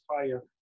fire